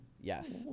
Yes